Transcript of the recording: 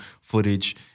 footage